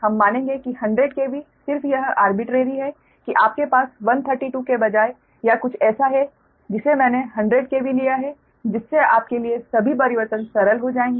हम मानेंगे कि 100 KV सिर्फ यह आर्बिट्रेरी है कि आपके पास 132 के बजाय या कुछ ऐसा है जिसे मैंने 100 KV लिया है जिससे आपके लिए सभी परिवर्तन सरल हो जाएंगे